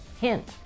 Hint